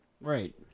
Right